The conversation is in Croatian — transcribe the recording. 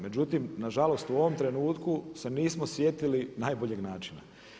Međutim, na žalost u ovom trenutku se nismo sjetili najboljeg načina.